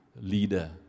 leader